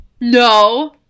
No